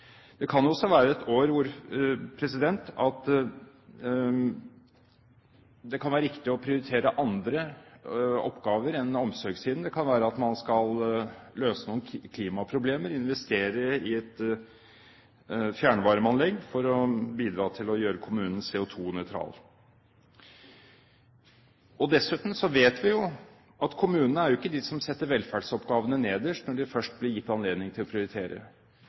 det lokale kommunestyret. Det kan også være et år hvor det kan være riktig å prioritere andre oppgaver enn omsorgssiden. Det kan være at man skal løse noen klimaproblemer, investere i et fjernvarmeanlegg, for å bidra til å gjøre kommunen CO2-nøytral. Dessuten vet vi jo at kommunene ikke er de som setter velferdsoppgavene nederst når de først blir gitt anledning til å prioritere.